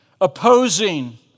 opposing